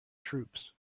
troops